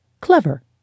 Clever